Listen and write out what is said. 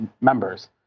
members